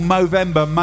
Movember